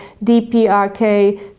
DPRK